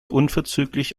unverzüglich